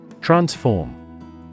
Transform